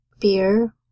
beer